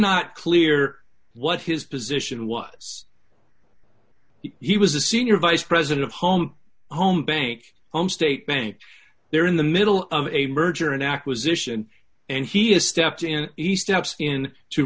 not clear what his position was hugh was a senior vice president of home home bank home state bank there in the middle of a merger and acquisition and he has stepped in east up skin to